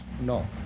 no